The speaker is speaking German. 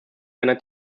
seiner